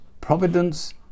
providence